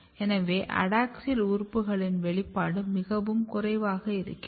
எனவே அடாக்ஸியல் உறுப்புகளின் வெளிப்பாடு மிகவும் குறைவாக இருக்கிறது